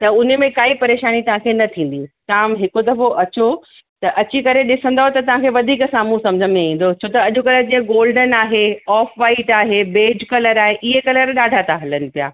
त उन में काई परेशानी तव्हांखे न थींदी तव्हां हिकु दफ़ो अचो त अची करे ॾिसंदव त तव्हांखे वधीक साम्हूं सम्झ में ईंदो छो त अॼुकल्ह जीअं गोल्डन आहे ऑफ वाइट आहे बेज कलर आहे इहे कलर ॾाढा था हलनि पिया